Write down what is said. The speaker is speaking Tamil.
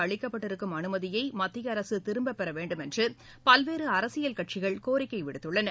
அளிக்கப்பட்டிருக்கும் அனுமதியை மத்திய அரசு திரும்பப்பெற வேண்டுமென்று பல்வேறு அரசியல் கட்சிகள் கோரிக்கை விடுத்துள்ளன